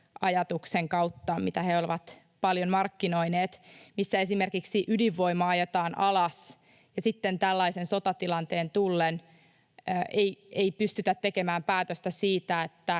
kautta — mitä he ovat paljon markkinoineet, missä esimerkiksi ydinvoima ajetaan alas ja sitten tällaisen sotatilanteen tullen ei pystytä tekemään päätöstä siitä, että